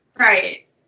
Right